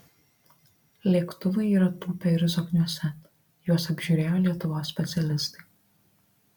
lėktuvai yra tūpę ir zokniuose juos apžiūrėjo lietuvos specialistai